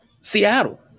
Seattle